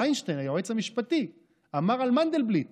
וינשטיין, היועץ המשפטי, אמר על מנדלבליט